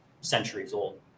centuries-old